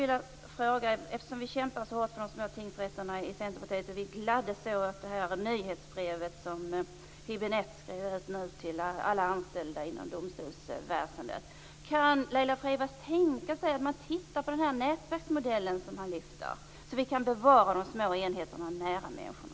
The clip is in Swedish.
Eftersom vi kämpar så hårt för de små tingsrätterna i Centerpartiet och vi gladdes så åt det nyhetsbrev som Hübinette skrev till alla anställda inom domstolsväsendet skulle jag vilja fråga: Kan Laila Freivalds tänka sig att man tittar närmare på den nätverksmodell som han lyfter fram så att vi kan bevara de små enheterna nära människorna?